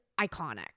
iconic